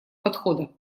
подхода